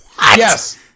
Yes